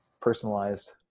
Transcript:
personalized